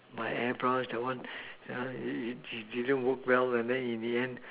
my air brush that one you know it didn't work well and then in the end